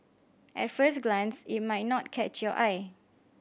at first glance it might not catch your eye